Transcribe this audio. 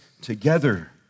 together